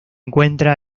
encuentra